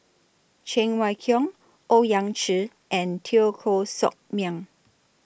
Cheng Wai Keung Owyang Chi and Teo Koh Sock Miang